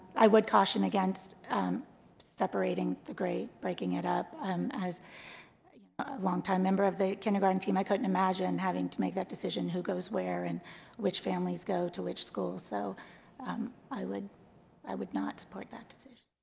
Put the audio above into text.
i would caution against separating the grade breaking it up um as a longtime member of the kindergarten team i couldn't imagine having to make that decision who goes where and which families go to which school so i would i would not support that decision